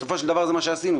בסופו של דבר זה מה שעשינו,